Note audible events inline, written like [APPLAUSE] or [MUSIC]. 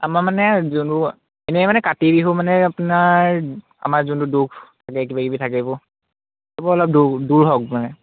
আমাৰ মানে যোনটো এনেই মানে কাতি বিহু মানে আপোনাৰ আমাৰ যোনটো দুখ থাকে কিবা কিবি [UNINTELLIGIBLE] অলপ দূৰ হওক মানে